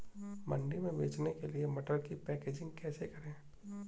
मंडी में बेचने के लिए मटर की पैकेजिंग कैसे करें?